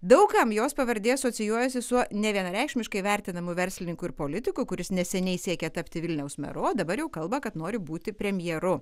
daug kam jos pavardė asocijuojasi su nevienareikšmiškai vertinamu verslininku ir politiku kuris neseniai siekė tapti vilniaus meru o dabar jau kalba kad nori būti premjeru